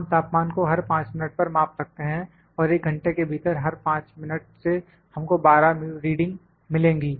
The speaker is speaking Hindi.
हम तापमान को हर 5 मिनट पर माप सकते हैं और एक घंटे के भीतर हर 5 मिनट से हमको 12 रीडिंग मिलेंगी